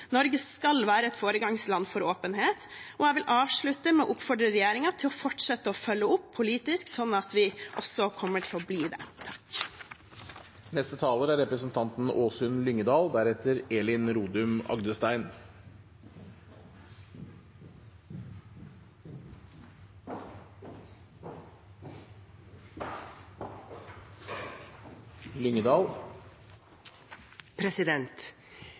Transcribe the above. Norge skal være et foregangsland når det gjelder åpenhet. Jeg vil avslutte med å oppfordre regjeringen til å fortsette å følge opp politisk, sånn at vi også kommer til å bli det. Som saksordføreren sa, er